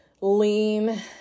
lean